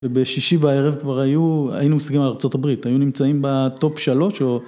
ובשישי בערב כבר היינו מסתכלים על ארה״ב, היו נמצאים בטופ שלוש.